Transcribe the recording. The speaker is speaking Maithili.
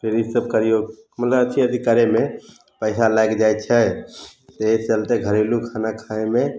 फिर ई सब करियौ पूरा अथी अथी करएमे पैसा लागि जाइ छै एहि चलते घरेलू खाना खाइमे